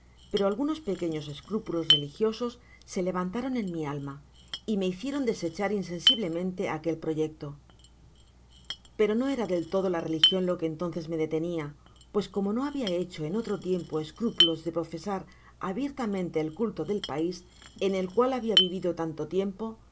pero algunos pequeños escrúpulos religiosos se levantaron en mi alma y me hicieron desechar insensiblemente aquel proyecto pero no era del todo la religion lo que entonces me detenia pues como no habia hecho en otro tiempo escrúpulos de profesar abiertamente el culto del pais en el cual habia vivijo tanto tiempo